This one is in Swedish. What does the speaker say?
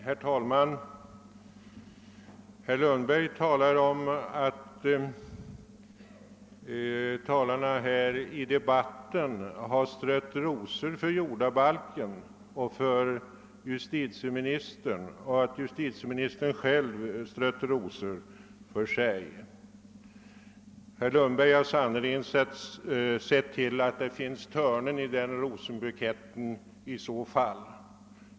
Herr talman! Herr Lundberg gör gällande att talarna här i debatten har strött rosor för jordabalken och för jus titieministern och att justitieministern strött rosor för sig själv. Men i så fall har herr Lundberg sannerligen sett till att det finns törnen i den rosenbuketten.